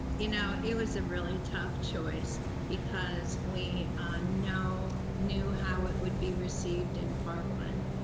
you know it was a really tough choice because we know, knew how it would be received in parkland